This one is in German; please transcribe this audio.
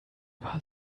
war